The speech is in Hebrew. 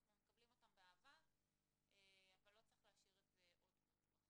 אנחנו מקבלים אותם באהבה אבל לא צריך להשאיר את זה עוד פתוח.